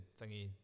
thingy